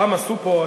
פעם עשו פה,